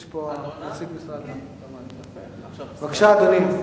בבקשה, אדוני.